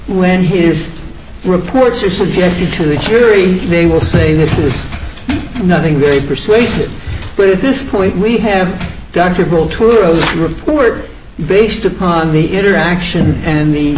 when his reports are subjected to the jury they will say this is nothing very persuasive but at this point we have dr paul true report based upon the interaction and the